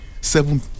seven